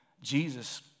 Jesus